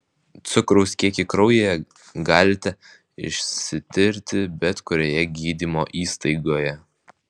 cukraus kiekį kraujyje galite išsitirti bet kurioje gydymo įstaigoje